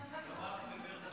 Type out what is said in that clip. שלמה ארצי